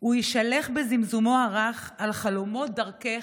הוא ישאלך בזמזומו הרך / על חלומות דרכך,